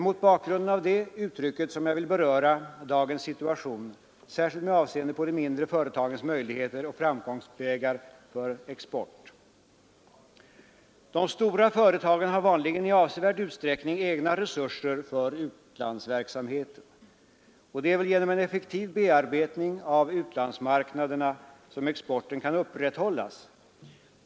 Mot bakgrunden av detta uttryck vill jag beröra dagens situation särskilt med avseende på de mindre företagens möjligheter och framkomstvägar när det gäller exporten. De stora företagen har vanligen i avsevärd utsträckning egna resurser för utlandsverksamheten. Och det är väl genom en effektiv bearbetning av utlandsmarknaderna som exporten kan upprätthållas.